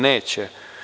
Neće.